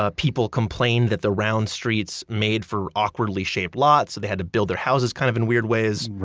ah people complained that the round streets made for awkwardly shaped lots, so they had to build their houses kind of in weird ways.